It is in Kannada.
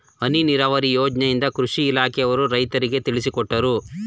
ಹನಿ ನೀರಾವರಿ ಯೋಜನೆಯಿಂದ ಕೃಷಿ ಇಲಾಖೆಯವರು ರೈತರಿಗೆ ತಿಳಿಸಿಕೊಟ್ಟರು